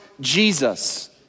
Jesus